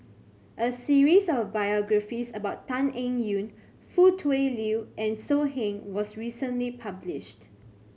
a series of biographies about Tan Eng Yoon Foo Tui Liew and So Heng was recently published